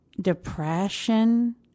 depression